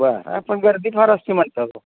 बरं आ पण गर्दी फार असते म्हणतात अहो